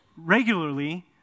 regularly